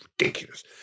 ridiculous